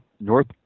North